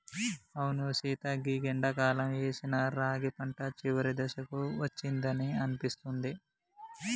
అవును సీత గీ ఎండాకాలంలో ఏసిన రాగి పంట చివరి దశకు అచ్చిందని అనిపిస్తుంది